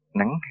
nắng